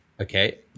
okay